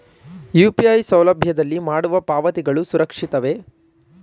UPI ಸೌಲಭ್ಯದಲ್ಲಿ ಮಾಡುವ ಪಾವತಿಗಳು ಸುರಕ್ಷಿತವೇ?